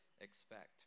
expect